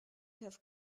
have